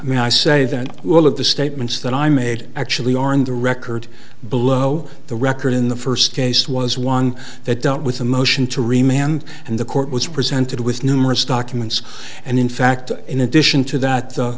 i mean i say that all of the statements that i made actually are in the record below the record in the first case was one that dealt with a motion to remain and the court was presented with numerous documents and in fact in addition to that